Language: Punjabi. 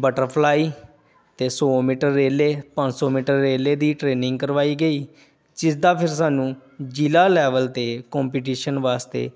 ਬਟਰਫਲਾਈ ਅਤੇ ਸੌ ਮੀਟਰ ਰੇਲੇ ਪੰਜ ਸੌ ਮੀਟਰ ਰੇਲੇ ਦੀ ਟ੍ਰੇਨਿੰਗ ਕਰਵਾਈ ਗਈ ਜਿਸ ਦਾ ਫਿਰ ਸਾਨੂੰ ਜਿਲ੍ਹਾ ਲੈਵਲ 'ਤੇ ਕੰਪੀਟੀਸ਼ਨ ਵਾਸਤੇ